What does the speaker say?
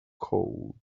cold